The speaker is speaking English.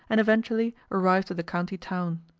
and eventually arrived at the county town.